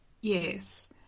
Yes